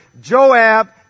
Joab